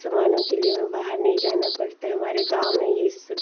सामानों के लिए हमें बाहर नहीं जाना पड़ता है हमारे गाँव में ही यह सु